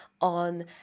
on